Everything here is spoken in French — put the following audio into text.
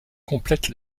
complètent